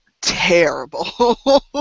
terrible